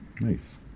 Nice